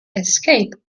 escape